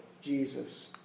Jesus